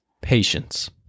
patience